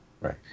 Right